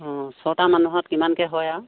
অঁ ছটা মানুহত কিমানকৈ হয় আৰু